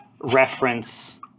reference